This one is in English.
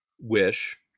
wish